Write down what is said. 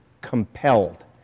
compelled